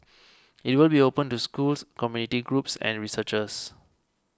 it will be open to schools community groups and researchers